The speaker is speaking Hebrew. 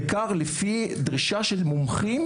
בעיקר, לפי דרישה של מומחים,